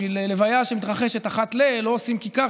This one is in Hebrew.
בשביל לוויה שמתרחשת אחת ל- לא עושים כיכר,